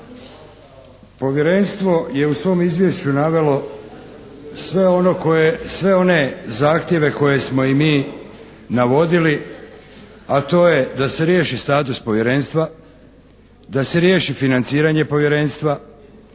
Povjerenstvo je u svom izvješću navelo sve one zahtjeve koje smo i mi navodili, a to je da se riješi status Povjerenstva, da se riješi financiranje Povjerenstva